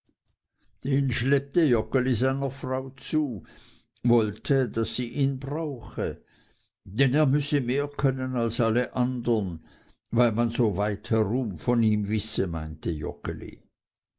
den schleppte joggeli seiner frau zu wollte daß sie ihn brauche denn er müsse mehr können als alle anderen weil man so weit herum von ihm wisse meinte